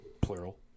plural